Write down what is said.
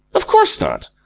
of course not.